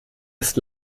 ist